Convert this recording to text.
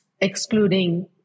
excluding